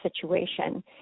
situation